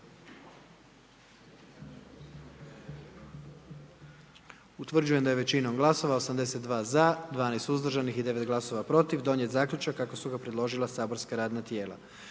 Utvrđujem da je većinom glasova, 78 za, 13 suzdržanih i 10 protiv donijet zaključak kako su predložila saborska radna tijela.